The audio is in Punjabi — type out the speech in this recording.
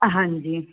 ਹਾਂਜੀ